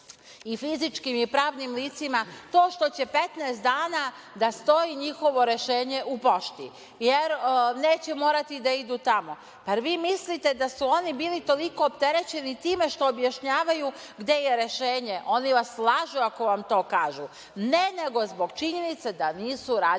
i fizičkim i pravnim licima to što će 15 dana da stoji njihovo rešenje u pošti, jer neće morati da idu tamo. Pa, jel vi mislite da su oni bili toliko opterećeni time što objašnjavaju gde je rešenje? Oni vas lažu ako vam to kažu. Ne, nego zbog činjenice da nisu radili